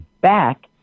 back